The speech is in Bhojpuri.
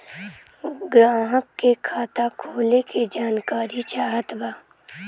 ग्राहक के खाता खोले के जानकारी चाहत बा?